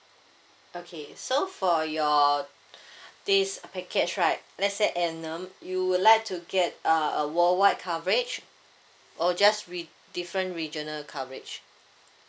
okay so for your this package right let's say annum you would like to get uh a worldwide coverage or just reg~ different regional coverage